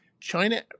China